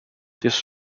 this